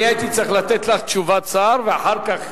אני הייתי צריך לתת לך תשובת שר ואחר כך